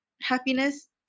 happiness